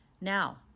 now